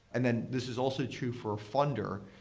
and then this is also true for funder.